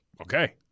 Okay